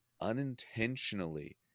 unintentionally